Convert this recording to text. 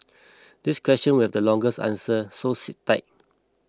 this question will the longest answer so sit tight